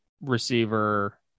receiver